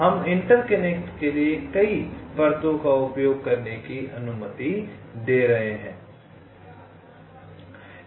हम इंटरकनेक्ट के लिए कई परतों का उपयोग करने की अनुमति दे रहे हैं